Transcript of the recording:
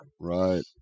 Right